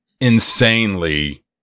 insanely